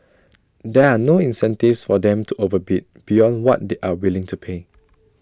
there are no incentives for them to overbid beyond what they are willing to pay